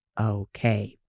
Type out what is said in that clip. okay